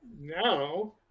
now